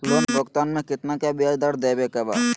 Loan भुगतान में कितना का ब्याज दर देवें के बा?